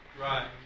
Right